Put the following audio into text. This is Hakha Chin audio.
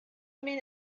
min